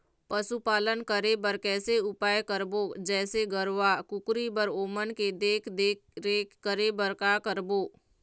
पशुपालन करें बर कैसे उपाय करबो, जैसे गरवा, कुकरी बर ओमन के देख देख रेख करें बर का करबो?